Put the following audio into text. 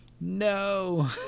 No